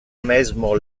mesmo